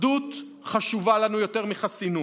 אחדות חשובה לנו יותר מחסינות.